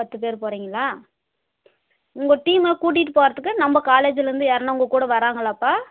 பத்து பேர் போறிங்களா உங்க டீமை கூட்டுகிட்டு போகிறதுக்கு நம்ப காலேஜ்ஜில் இருந்து யார்ன்னா உங்கள் கூட வராங்காளாப்பா